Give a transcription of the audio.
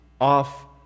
off